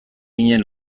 ginen